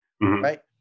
right